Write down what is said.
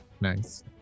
Nice